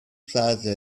plaza